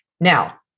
Now